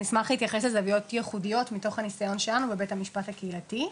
נשמח להתייחס לזוויות ייחודיות מנסיוננו בבית המשפט הקהילתי.